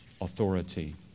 authority